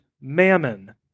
mammon